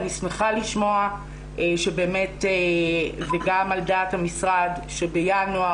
אני שמחה לשמוע שזה גם על דעת המשרד שבינואר,